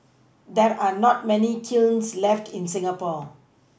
there are not many kilns left in Singapore